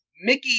Mickey